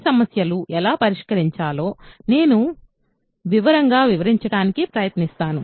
ఈ సమస్యలను ఎలా పరిష్కరించాలో నేను వివరంగా వివరించడానికి ప్రయత్నిస్తాను